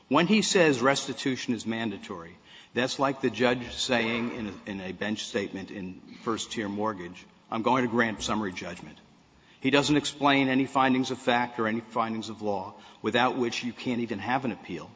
when he says restitution is mandatory that's like the judge saying in a in a bench statement in first your mortgage i'm going to grant summary judgment he doesn't explain any findings of fact or any findings of law without which you can't even have an appeal